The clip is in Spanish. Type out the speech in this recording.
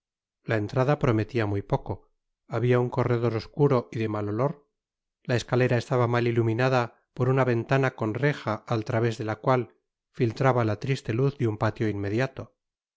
la entrada prometía muy poco habia un corredor oscuro y de mal olor la escalera estaba mal iluminada por una ventana con reja al través de la cual filtraba la triste luz de un patio inmediato